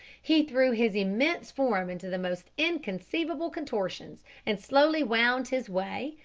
he threw his immense form into the most inconceivable contortions, and slowly wound his way,